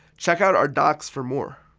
check out our docs for more.